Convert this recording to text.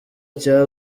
cya